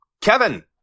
Kevin